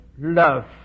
love